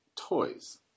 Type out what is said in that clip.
toys